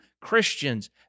Christians